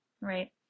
right